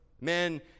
Men